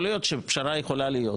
יכול להיות שפשרה יכולה להיות,